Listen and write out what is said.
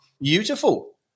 beautiful